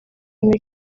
muri